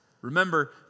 Remember